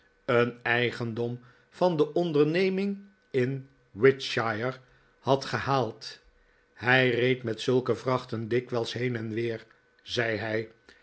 een eigendom van de ondernemirtg in wiltshire had gehaald hij reed met zulke vrachten dikwijls heen en weer zei hij